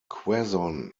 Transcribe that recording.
quezon